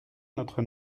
notre